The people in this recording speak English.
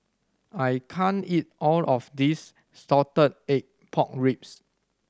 I can't eat all of this salted egg pork ribs